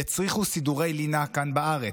יצריכו סידורי לינה כאן בארץ.